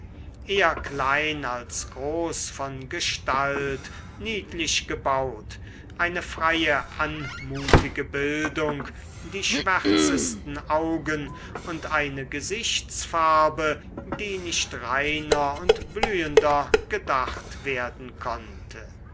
eher klein als groß von gestalt niedlich gebaut eine freie anmutige bildung die schwärzesten augen und eine gesichtsfarbe die nicht reiner und blühender gedacht werden konnte